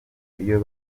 iyo